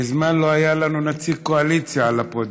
מזמן לא היה לנו נציג של הקואליציה על הפודיום.